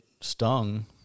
stung